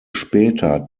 später